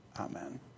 Amen